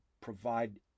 provide